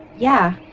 yeah,